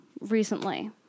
recently